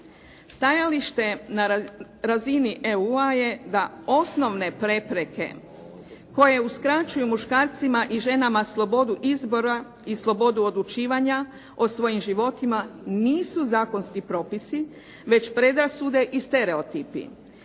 Stajalište na razini EU-a je da osnovne prepreke koje uskraćuju muškarcima i ženama slobodu izbora i slobodu odlučivanja o svojim životima nisu zakonski propisi već predrasude i stereotipi.